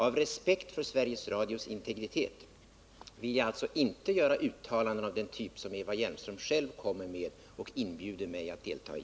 Av respekt för Sveriges Radios integritet vill jagalltså inte göra uttalanden av den typ som Eva Hjelmström själv kommer med och inbjuder mig att delta i.